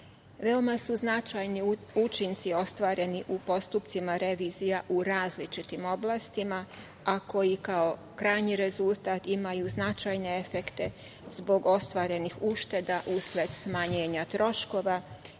su značajni učinci ostvareni u postupcima revizija u različitim oblastima, ako i kao krajnji rezultat imaju značajne efekte zbog ostvarenih ušteda usled smanjenja troškova